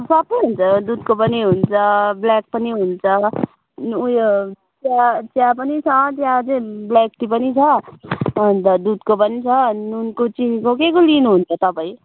सबै हुन्छ दुधको पनि हुन्छ ब्ल्याक पनि हुन्छ उयो चिया चिया पनि छ चिया चाहिँ टि पनि छ अन्त दुधको पनि छ नुनको चिनीको केको लिनुहुन्छ तपाईँको